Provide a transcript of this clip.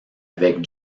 avec